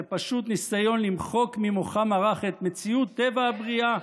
זה פשוט ניסיון למחוק ממוחם הרך את מציאות טבע הבריאה